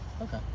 Okay